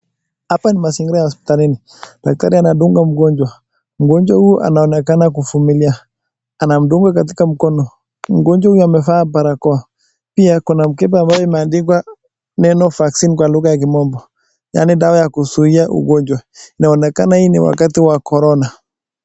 Hapa ni mazingira ya hospitalini. Daktari anadunga mgonjwa. Mgonjwa huyu anaonekana kuvumilia. Anamdunga katika mkono. Mgonjwa huyu amevaa barakoa. Pia kuna mkebe ambayo umeandikwa neno "vaccine" kwa lugha ya kimombo, yaani dawa ya kuzuia ugonjwa. Inaonekana hii ni wakati wa Corona.